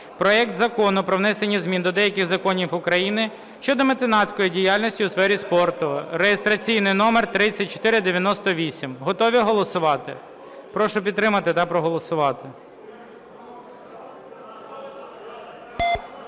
проект Закону про внесення змін до деяких законів України щодо меценатської діяльності у сфері спорту (реєстраційний номер 3498). Готові голосувати? Прошу підтримати та проголосувати.